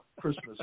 Christmas